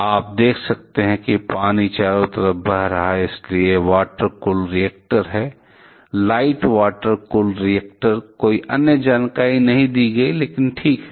आप देख सकते हैं कि पानी चारों ओर बह रहा है इसलिए यह वाटर कूल रिएक्टर है लाइट वाटर कूल रिएक्टरकोई अन्य जानकारी नहीं दी गई है लेकिन ठीक है